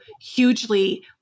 hugely